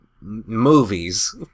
movies